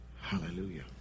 Hallelujah